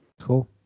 cool